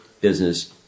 business